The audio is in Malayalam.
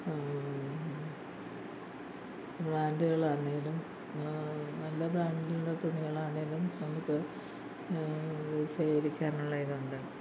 ബ്രാൻഡുകൾ ആണെങ്കിലും നല്ല ബ്രാൻഡിലുള്ള തുണികൾ ആണെങ്കിലും നമുക്ക് സ്വീകരിക്കാനുള്ള ഇതുണ്ട്